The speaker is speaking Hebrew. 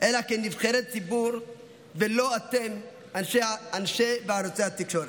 לא כנבחרי ציבור ולא אתם, אנשי וערוצי התקשורת.